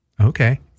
Okay